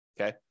Okay